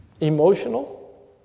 Emotional